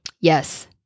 yes